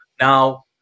Now